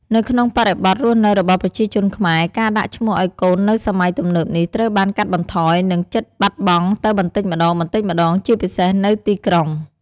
នៅក្នុងបរិបទរស់នៅរបស់ប្រជាជនខ្មែរ ការដាក់ឈ្មោះឱ្យកូននៅសម័យទំនើបនេះ ត្រូវបានកាត់បន្ថយ និងជិតបាត់បង់ទៅបន្តិចម្ដងៗ ជាពិសេសនៅទីក្រុង។